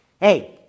Hey